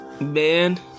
man